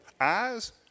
eyes